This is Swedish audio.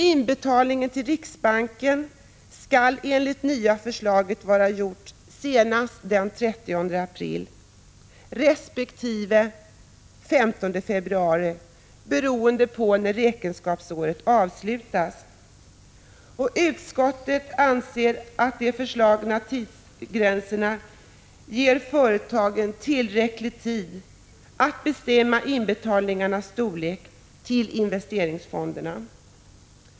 Inbetalningen till riksbanken skall enligt det nya förslaget vara gjort senast den 30 april, resp. den 15 februari, beroende på när räkenskapsåret avslutas. Utskottet anser att de föreslagna tidsgränserna ger företagen tillräcklig tid att bestämma inbetalningarnas storlek till investeringsfonderna.